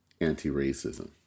anti-racism